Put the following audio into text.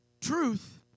Truth